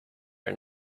and